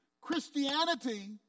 Christianity